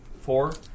Four